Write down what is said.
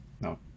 no